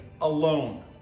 alone